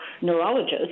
neurologist